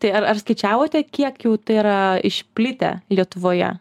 tai ar ar skaičiavote kiek jau tai yra išplitę lietuvoje